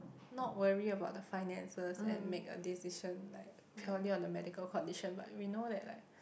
not worry about the finances and make a decisions like purely on the medical condition but if we know that like